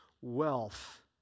wealth